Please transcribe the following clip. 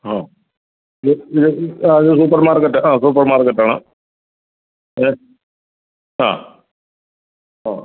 ആ ഇത് ഇടുക്കി ആ ഇത് സൂപ്പർ മാർക്കറ്റാണ് ആ സൂപ്പർ മാർക്കറ്റ് ആണ് അതെ ആ ആ